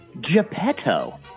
Geppetto